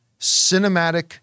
cinematic